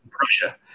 Russia